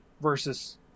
versus